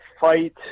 fight